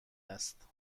است